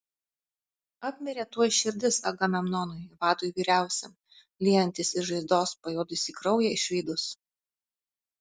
apmirė tuoj širdis agamemnonui vadui vyriausiam liejantis iš žaizdos pajuodusį kraują išvydus